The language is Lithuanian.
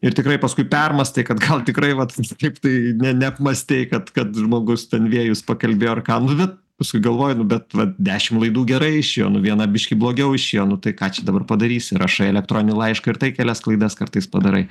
ir tikrai paskui permąstai kad gal tikrai vat kaip tai ne neapmąstei kad kad žmogus ten vėjus pakalbėjo ar ką nu bet paskui galvoji nu bet vat dešimt laidų gerai išėjo nu viena biškį blogiau išėjo nu tai ką čia dabar padarysi rašai elektroninį laišką ir tai kelias klaidas kartais padarai